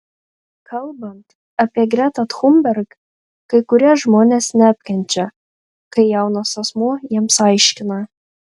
kalbant apie gretą thunberg kai kurie žmonės neapkenčia kai jaunas asmuo jiems aiškina